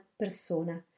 persona